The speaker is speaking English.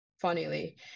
funnily